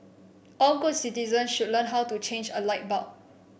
all good citizens should learn how to change a light bulb